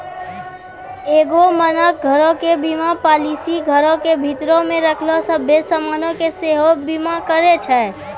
एगो मानक घरो के बीमा पालिसी घरो के भीतरो मे रखलो सभ्भे समानो के सेहो बीमा करै छै